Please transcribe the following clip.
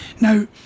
Now